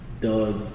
dug